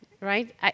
right